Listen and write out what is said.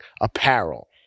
apparel